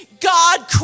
God